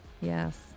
yes